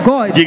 God